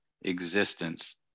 existence